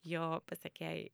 jo pasekėjai